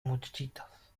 muchachitos